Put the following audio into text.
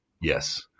Yes